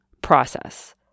Process